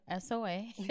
SOA